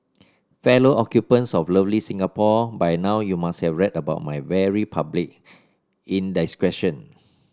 fellow occupants of lovely Singapore by now you must have read about my very public indiscretion